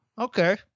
Okay